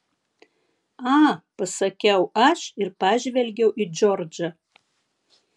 a pasakiau aš ir pažvelgiau į džordžą